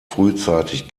frühzeitig